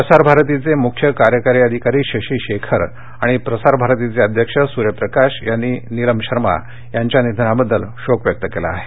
प्रसारभारतीचे मुख्य कार्यकारी अधिकारी शशी शेखर आणि प्रसार भारतीचे अध्यक्ष सुर्यप्रकाश यांनी नीलम शर्मा यांच्या निधनाबद्दल शोक व्यक्त केला आहे